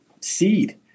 seed